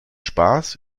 spaß